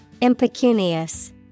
Impecunious